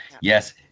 yes